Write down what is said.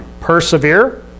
persevere